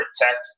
protect